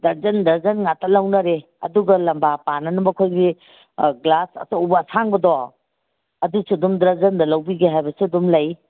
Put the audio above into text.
dozen ꯗꯔꯖꯟ ꯉꯥꯛꯇ ꯂꯧꯅꯔꯦ ꯑꯗꯨꯒ ꯂꯝꯕꯥ ꯄꯥꯅꯅꯕ ꯑꯩꯈꯣꯏꯒꯤ ꯒ꯭ꯂꯥꯁ ꯑꯆꯧꯕ ꯑꯁꯥꯡꯕꯗꯣ ꯑꯗꯨꯁꯨ ꯑꯗꯨꯝ ꯗꯔꯖꯟꯗ ꯂꯧꯖꯒꯦ ꯍꯥꯏꯕꯁꯨ ꯑꯗꯨꯝ ꯂꯩ